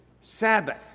Sabbath